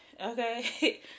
okay